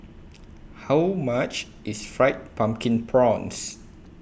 How much IS Fried Pumpkin Prawns